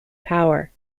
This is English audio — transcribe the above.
power